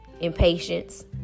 impatience